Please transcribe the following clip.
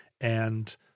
And-